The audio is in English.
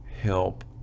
help